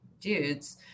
dudes